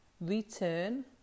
return